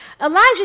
Elijah